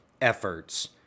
efforts